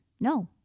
no